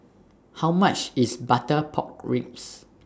How much IS Butter Pork Ribs